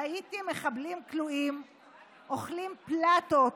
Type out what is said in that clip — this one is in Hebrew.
ראיתי מחבלים כלואים אוכלים פלטות